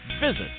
Visit